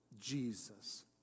Jesus